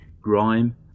grime